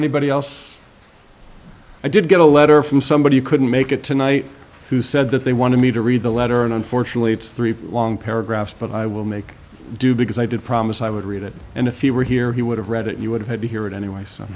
anybody else i did get a letter from somebody who couldn't make it tonight who said that they wanted me to read the letter and unfortunately it's three long paragraphs but i will make do because i did promise i would read it and if you were here he would have read it you would have had to hear it anyways so